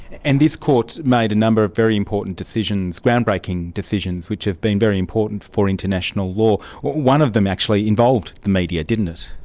and this court made a number of very important ground-breaking decisions which have been very important for international law. one of them actually involved the media, didn't it.